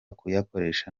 kuyakoresha